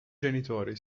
genitori